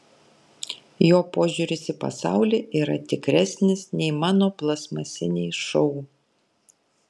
jo požiūris į pasaulį yra tikresnis nei mano plastmasiniai šou